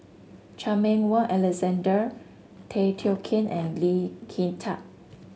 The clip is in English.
Chan Meng Wah Alexander Tay Teow Kiat and Lee Kin Tat